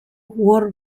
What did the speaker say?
war